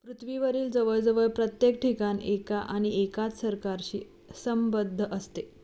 पृथ्वीवरील जवळजवळ प्रत्येक ठिकाण एका आणि एकाच सरकारशी संबद्ध असते